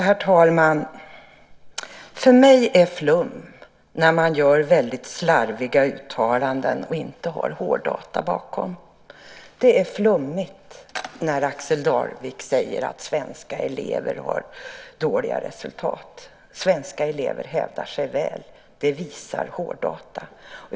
Herr talman! För mig är flum när man gör väldigt slarviga uttalanden och inte har hårddata bakom. Det är flummigt när Axel Darvik säger att svenska elever har dåliga resultat. Svenska elever hävdar sig väl. Det visar hårddata.